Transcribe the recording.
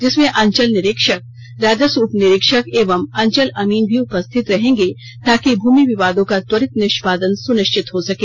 जिसमें अंचल निरीक्षक राजस्व उप निरीक्षक एवं अंचल अमीन भी उपस्थित रहेंगे ताकि भूमि वियादों का त्वरित निष्पादन सुनिश्चित हो सके